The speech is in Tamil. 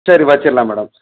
சரி வச்சுர்லாம் மேடம்